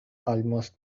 almost